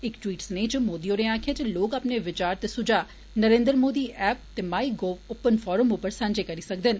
इक टवीट् संदेस च श्री मोदी होरें आखेआ ऐ जे लोक अपने विचार ते सुझाऽ नरेन्द्र मोदी ऐप्प ते माई गोव ओपन फोरम पर सांझे करी सकदे न